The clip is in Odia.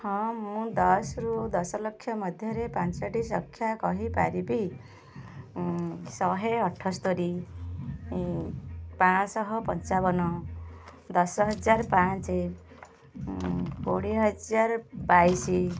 ହଁ ମୁଁ ଦଶରୁ ଦଶଲକ୍ଷ ମଧ୍ୟରେ ପାଞ୍ଚଟି ସଂଖ୍ୟା କହିପାରିବି ଶହେ ଅଠସ୍ତୋରି ପାଞ୍ଚଶହ ପଞ୍ଚାବନ ଦଶହଜାର ପାଞ୍ଚ କୋଡ଼ିଏ ହଜାର ବାଇଶ